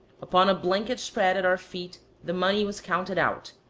upon a blanket spread at our feet the money was counted out,